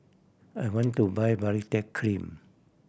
I want to buy Baritex Cream